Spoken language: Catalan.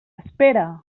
espera